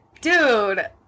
dude